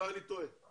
אולי אני טועה.